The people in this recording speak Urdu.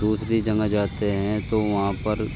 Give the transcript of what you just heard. دوسری جگہ جاتے ہیں تو وہاں پر